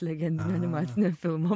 legendinio animacinio filmo